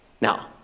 Now